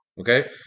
Okay